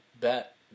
bet